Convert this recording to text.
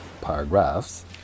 paragraphs